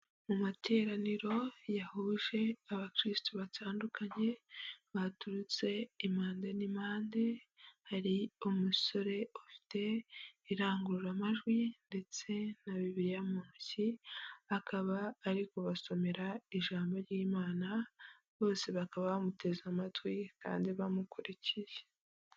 Mu materaniro yahuje abakirisitu batandukanye, baturutse impanda n'ipande, hari umusore ufite irangurura amajwi ndetse na bibiliya mu ntoki, akaba ari kubasomera, ijambo ry'Imana bose bakaba bamuteze amatwi kandi bamukurikiye.